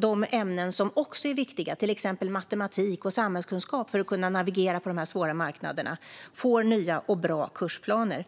andra ämnen som är viktiga för att man ska kunna navigera på de här svåra marknaderna, till exempel matematik och samhällskunskap, får nya och bra kursplaner.